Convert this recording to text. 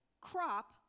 crop